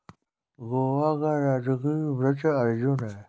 गोवा का राजकीय वृक्ष अर्जुन है